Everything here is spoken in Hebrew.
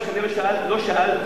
אני לא שאלתי,